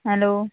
hello